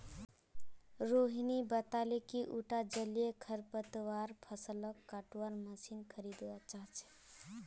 रोहिणी बताले कि उटा जलीय खरपतवार फ़सलक कटवार मशीन खरीदवा चाह छ